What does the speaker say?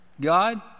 God